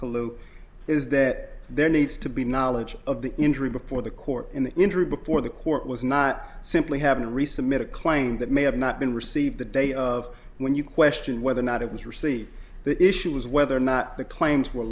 kalu is that there needs to be knowledge of the injury before the court in the interim before the court was not simply having resubmit a claim that may have not been received the day of when you question whether or not it was received the issue is whether or not the claims were